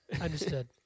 understood